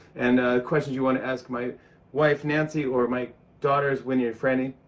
and questions you wanna ask my wife, nancy or my daughters, winnie and frannie.